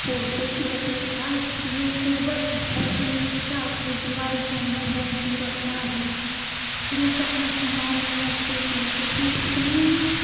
पुरुषों की अपेक्षाएं स्त्रियों को बस घर के चहारदीवारे के अन्दर बन्द ही रखना ही पुरुष अपना सम्मान समझते थे सोचिए कितनी